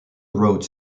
wrote